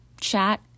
chat